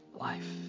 life